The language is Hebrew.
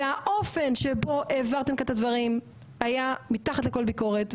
והאופן שבו העברת את הדברים היה מתחת לכל ביקורת,